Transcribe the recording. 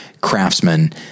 craftsman